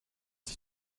sich